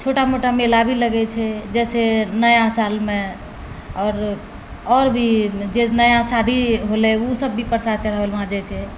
छोटा मोटा मेला भी लगैत छै जैसे नया सालमे आओर भी जे नया शादी होलय ओ सब भी प्रसाद चढ़ाबै लए वहाँ जाइत छै